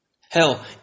Hell